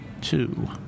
two